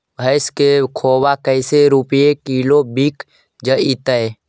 भैस के खोबा कैसे रूपये किलोग्राम बिक जइतै?